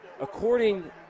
according